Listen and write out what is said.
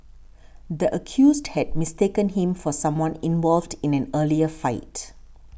the accused had mistaken him for someone involved in an earlier fight